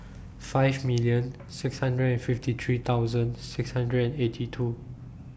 five million six hundred and fifty three thousand six hundred and eighty two